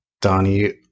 Donnie